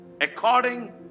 According